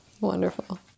wonderful